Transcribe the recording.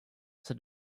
said